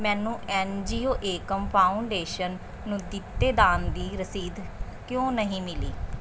ਮੈਨੂੰ N G O Ekam foundation ਨੂੰ ਦਿੱਤੇ ਦਾਨ ਦੀ ਰਸੀਦ ਕਿਉਂ ਨਹੀਂ ਮਿਲੀ